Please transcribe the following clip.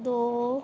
ਦੋ